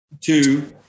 Two